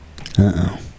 Uh-oh